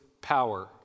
power